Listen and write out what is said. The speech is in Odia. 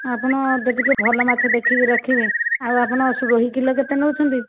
ଆପଣ ଟିକିଏ ଭଲ ମାଛ ଦେଖିକି ରଖିବେ ଆଉ ଆପଣ ରୋହି କିଲୋ କେତେ ନେଉଛନ୍ତି